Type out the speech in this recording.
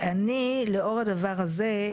אני לאור הדבר הזה,